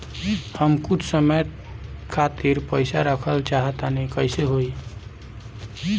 हम कुछ समय खातिर पईसा रखल चाह तानि कइसे होई?